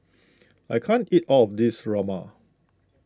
I can't eat all of this Rajma